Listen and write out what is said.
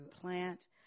plant